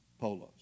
polos